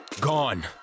Gone